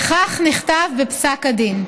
וכך נכתב בפסק הדין: